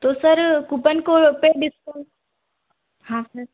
तो sir coupon code पर discount हाँ सर